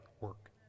work